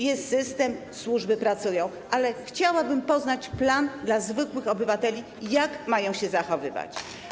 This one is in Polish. Jest system, służby pracują, ale chciałabym poznać plan dla zwykłych obywateli, jak mają się zachowywać.